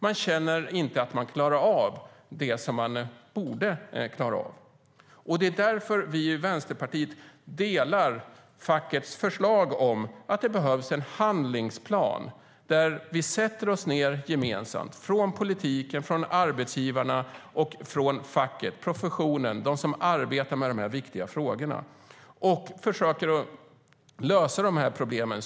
Man känner inte att man klarar av det som man borde klara av. Det är därför vi i Vänsterpartiet delar synen i fackets förslag om att det behövs en handlingsplan där vi sätter oss ned gemensamt från politiken, från arbetsgivarna och från facket - professionen och de som arbetar med dessa viktiga frågor - och försöker lösa problemen.